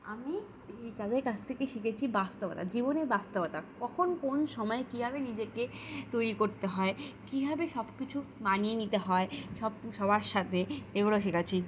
আমি এই তাদের কাছ থেকে শিখেছি বাস্তবতা জীবনের বাস্তবতা কখন কোন সময়ে কীভাবে নিজেকে তৈরি করতে হয় কীভাবে সব কিছু মানিয়ে নিতে হয় সব সবার সাথে এগুলো শিখেছি